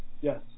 Yes